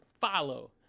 follow